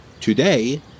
Today